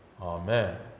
Amen